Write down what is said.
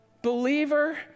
believer